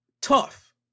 tough